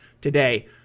today